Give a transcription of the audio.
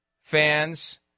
fans